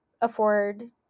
afford